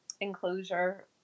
enclosure